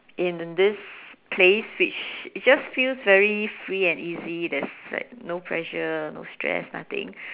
in then this place which it just feels very free and easy this like no pressure no stress nothing